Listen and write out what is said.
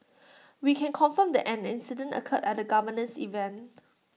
we can confirm that an incident occurred at the governor's event